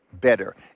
better